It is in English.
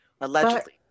allegedly